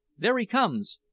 there he comes!